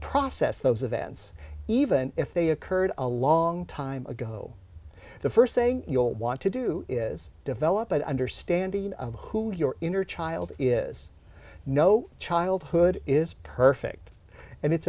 process those events even if they curd a long time ago the first saying you'll want to do is develop an understanding of who your inner child is no childhood is perfect and it's